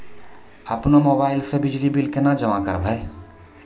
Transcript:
अपनो मोबाइल से बिजली बिल केना जमा करभै?